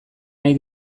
nahi